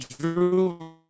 Drew